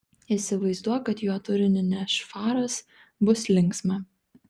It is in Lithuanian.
įsivaizduok kad jo turinį neš faras bus linksma